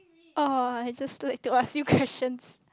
oh I just like to ask you questions